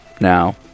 now